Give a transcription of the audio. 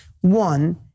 One